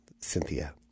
Cynthia